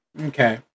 Okay